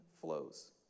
flows